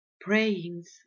Prayings